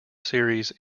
series